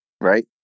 Right